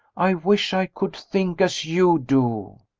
i wish i could think as you do!